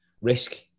risk